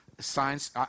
Science